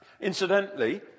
Incidentally